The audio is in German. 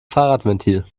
fahrradventil